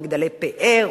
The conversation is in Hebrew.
מגדלי פאר,